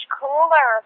cooler